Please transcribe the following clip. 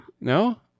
No